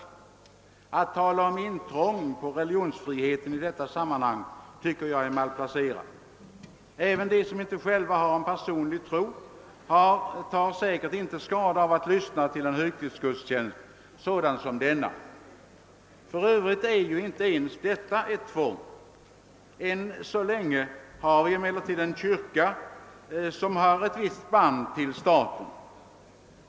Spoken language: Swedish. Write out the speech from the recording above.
Att i det sammanhanget tala om intrång i religionsfriheten tycker jag är malplacerat. De som själva inte har en personlig tro tar säkert ändå inte skada av att lyssna till en högtidsgudstjänst sådan som denna. För övrigt är ju inte ens detta ett tvång. ännu så länge har vi emellertid en kyrka som har ett visst band till staten.